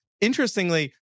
Interestingly